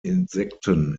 insekten